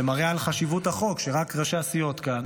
זה מראה על חשיבות החוק, שרק ראשי הסיעות כאן